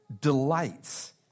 Delights